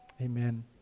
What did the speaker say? Amen